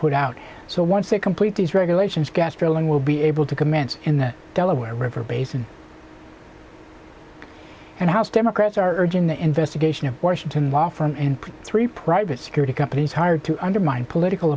put out so once they complete these regulations gas drilling will be able to commence in the delaware river basin and house democrats are urging the investigation of washington law firm and three private security companies hired to undermine political